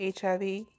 HIV